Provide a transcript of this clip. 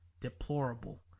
deplorable